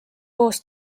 koos